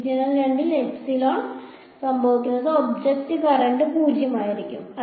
region 2ൽ epsilon സംഭവിക്കുന്നത് object current 0 ആയിരിക്കും